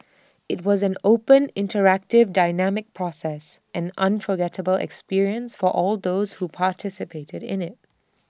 IT was an open interactive dynamic process an unforgettable experience for all those who participated in IT